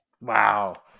Wow